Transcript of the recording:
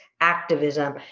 activism